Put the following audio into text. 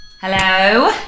Hello